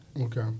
Okay